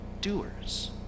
doers